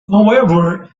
however